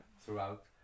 throughout